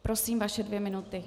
Prosím, vaše dvě minuty.